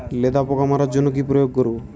লেদা পোকা মারার জন্য কি প্রয়োগ করব?